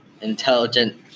intelligent